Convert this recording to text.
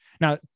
Now